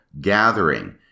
gathering